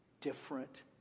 different